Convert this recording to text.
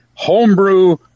Homebrew